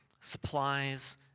supplies